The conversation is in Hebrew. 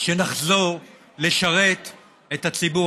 שנחזור לשרת את הציבור.